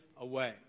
away